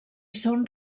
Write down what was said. són